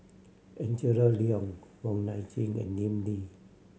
Angela Liong Wong Nai Chin and Lim Lee